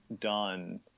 done